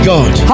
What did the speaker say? God